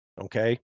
Okay